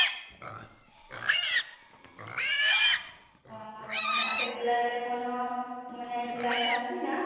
ᱚ ᱢᱟᱱᱮ ᱟᱯᱮᱭᱟᱜ ᱠᱞᱟᱵᱽ ᱨᱮ ᱠᱳᱱᱳ ᱢᱟᱱᱮ ᱠᱷᱮᱞᱟ ᱨᱮᱱᱟᱜ ᱪᱟᱱᱥ ᱢᱮᱱᱟᱜᱼᱟ